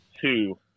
two